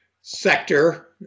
sector